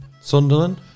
Sunderland